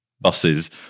buses